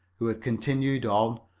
who had continued on,